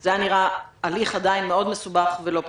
זה היה נראה הליך עדיין מאוד מסובך ולא פשוט.